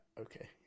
Okay